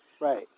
right